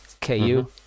KU